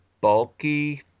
bulky